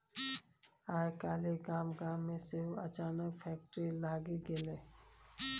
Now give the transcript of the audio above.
आय काल्हि गाम गाम मे सेहो अनाजक फैक्ट्री लागि गेलै